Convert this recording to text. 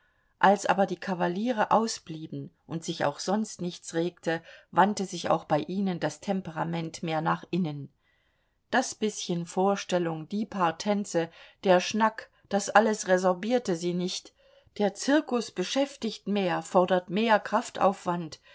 als aber die kavaliere ausblieben und sich auch sonst nichts regte wandte sich auch bei ihnen das temperament mehr nach innen das bißchen vorstellung die paar tänze der schnack das alles resorbierte sie nicht der zirkus beschäftigt mehr fordert mehr kraftaufwand